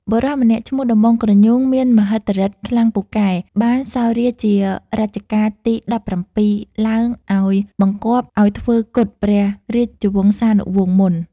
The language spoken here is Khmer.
បុរសម្នាក់ឈ្មោះដំបងគ្រញូងមានមហិទ្ធិឬទ្ធិខ្លាំងពូកែ បានសោយរាជ្យជា រជ្ជកាលទី១៧ ឡើងឲ្យបង្គាប់ឲ្យធ្វើគុតព្រះរាជវង្សានុវង្សមុន។